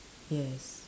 yes